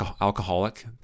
alcoholic